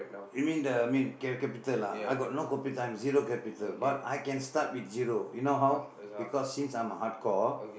you mean the you mean cap~ capital ah I got no capital I am zero capital but I can start with zero you know how because since I'm a hardcore